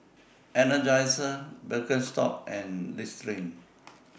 Energizer Birkenstock and Listerine